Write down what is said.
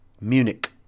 Munich